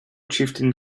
chieftain